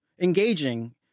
engaging